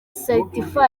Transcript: certified